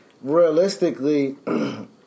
Realistically